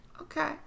okay